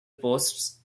posts